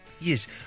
Yes